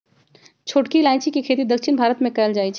छोटकी इलाइजी के खेती दक्षिण भारत मे कएल जाए छै